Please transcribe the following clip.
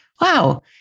Wow